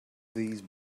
these